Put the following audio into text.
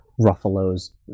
Ruffalo's